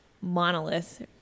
monolith